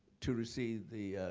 to receive the